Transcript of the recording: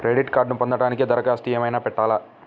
Credit కార్డ్ను పొందటానికి దరఖాస్తు ఏమయినా పెట్టాలా?